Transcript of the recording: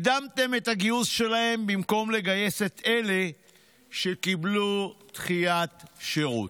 הקדמתם את הגיוס שלהם במקום לגייס את אלה שקיבלו דחיית שירות.